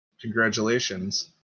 Congratulations